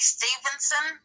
Stevenson